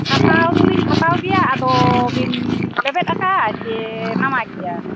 ᱦᱟᱛᱟᱣ ᱫᱚᱞᱤᱧ ᱦᱟᱛᱟᱣ ᱜᱮᱭᱟ ᱟᱫᱚ ᱵᱤᱱ ᱞᱮᱵᱮᱫ ᱠᱟᱜᱼᱟ ᱪᱮ ᱱᱟᱣᱟ ᱜᱮᱭᱟ